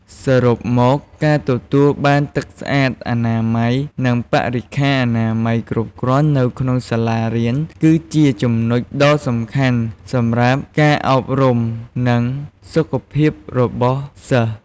សរុបមក ការទទួលបានទឹកស្អាត អនាម័យ និងបរិក្ខារអនាម័យគ្រប់គ្រាន់នៅក្នុងសាលារៀន គឺជាចំណុចដ៏សំខាន់សម្រាប់ការអប់រំ និងសុខភាពរបស់សិស្ស។